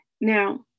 Now